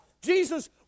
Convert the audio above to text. Jesus